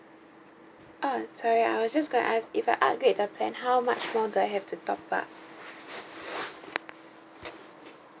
ah sorry I was just going to ask if I upgrade the plan how much more do I have to top up